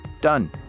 Done